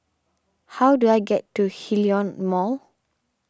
how do I get to Hillion Mall